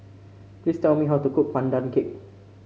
please tell me how to cook Pandan Cake